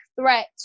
threat